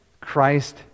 Christ